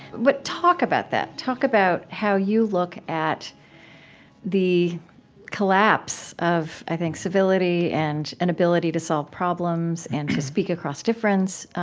but talk about that. talk about how you look at the collapse of, i think, civility, and inability to solve problems and to speak across difference,